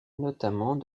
notamment